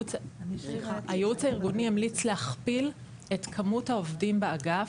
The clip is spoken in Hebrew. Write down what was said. הייעוץ הארגוני המליץ להכפיל את כמות העובדים באגף.